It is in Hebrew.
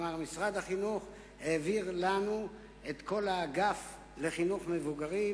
כלומר משרד החינוך העביר לנו את כל האגף לחינוך מבוגרים,